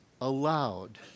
allowed